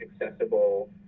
accessible